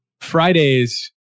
Fridays